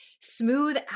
smooth